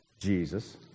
Jesus